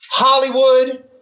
Hollywood